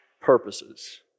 purposes